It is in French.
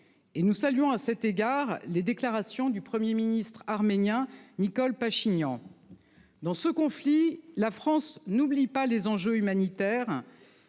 Et nous saluons à cet égard les déclarations du Premier ministre arménien Nikol Pachinian. Dans ce conflit, la France n'oublie pas les enjeux humanitaires